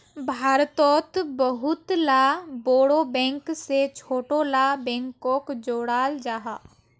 भारतोत बहुत ला बोड़ो बैंक से छोटो ला बैंकोक जोड़ाल जाहा